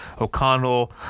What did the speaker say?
O'Connell